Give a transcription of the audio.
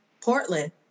Portland